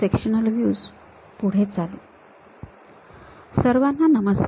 सर्वाना नमस्कार